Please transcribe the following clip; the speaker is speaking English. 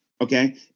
okay